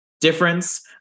difference